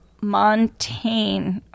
Montaigne